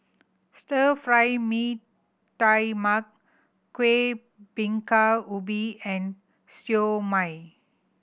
Stir Fry Mee Tai Mak Kuih Bingka Ubi and Siew Mai